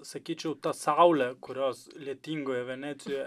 sakyčiau ta saulė kurios lietingoje venecijoje